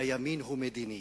והימין הוא מדיני,